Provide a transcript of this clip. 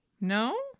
No